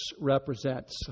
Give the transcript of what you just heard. represents